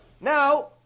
Now